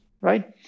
right